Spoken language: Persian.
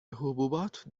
حبوبات